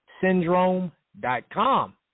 syndrome.com